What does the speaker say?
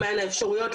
אחרי שהם יצאו,